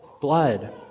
blood